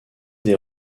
des